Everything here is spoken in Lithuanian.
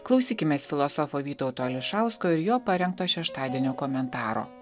klausykimės filosofo vytauto ališausko ir jo parengto šeštadienio komentaro